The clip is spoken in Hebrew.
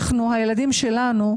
אנחנו, הילדים שלנו,